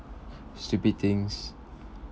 stupid things